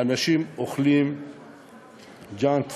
אנשים אוכלים ג'אנק-פוד,